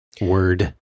word